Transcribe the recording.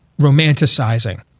romanticizing